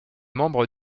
membre